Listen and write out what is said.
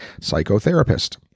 psychotherapist